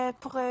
pour